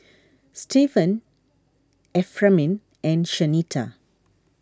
Stevan Ephraim and Shanita